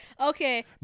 Okay